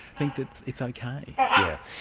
think that it's it's ok. yeah